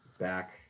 back